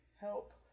help